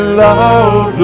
love